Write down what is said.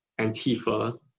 Antifa